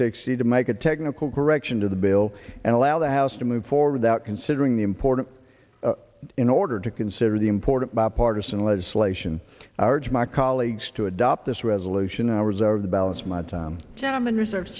sixty to make a technical correction to the bill and allow the house to move forward that considering the important in order to consider the important bipartisan legislation arch my colleagues to adopt this resolution ours are the balance my town gentleman reserves